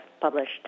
published